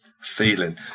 Feeling